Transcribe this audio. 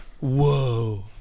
Whoa